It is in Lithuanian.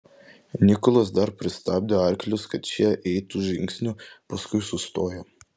nikolas dar pristabdė arklius kad šie eitų žingsniu paskui sustojo